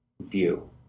view